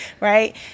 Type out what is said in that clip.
right